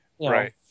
Right